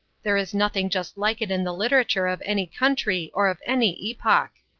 there is nothing just like it in the literature of any country or of any epoch.